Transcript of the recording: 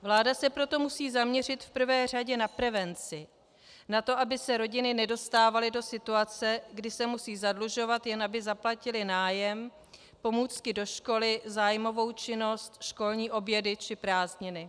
Vláda se proto musí zaměřit v prvé řadě na prevenci, na to, aby se rodiny nedostávaly do situace, kdy se musí zadlužovat, jen aby zaplatily nájem, pomůcky do školy, zájmovou činnost, školní obědy či prázdniny.